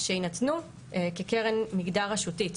שיינתנו כקרן מגדר רשותית.